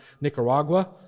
Nicaragua